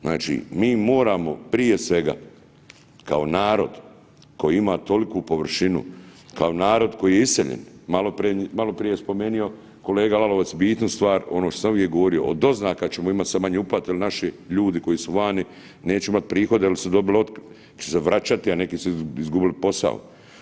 Znači, mi moramo prije svega kao narod koji ima toliku površinu, kao narod koji je iseljen, maloprije je spomenu kolega Lalovac bitnu stvar ono što sam uvijek govorio, od doznaka ćemo imati sad manje uplata jer naši ljudi koji su vani neće imati prihode jer su dobili otkaz će se vraćati a neki su izgubili posao.